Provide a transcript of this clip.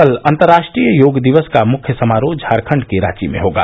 कल अंतरराष्ट्रीय योग दिवस का मुख्य समारोह झारखंड के रांची में होगा